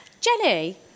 Jenny